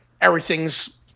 everything's